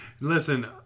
Listen